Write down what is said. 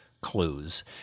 clues